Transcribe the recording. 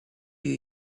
you